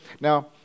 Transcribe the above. Now